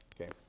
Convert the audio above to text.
Okay